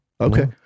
Okay